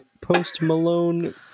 post-malone